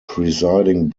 presiding